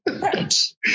Right